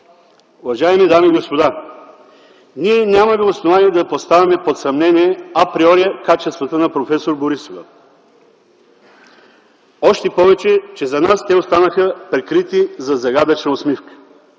Уважаеми дами и господа, ние нямаме основание да поставяме под съмнение априори качествата на проф. Борисова, още повече че за нас те останаха прикрити зад загадъчна усмивка.